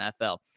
NFL